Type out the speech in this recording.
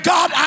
God